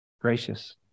gracious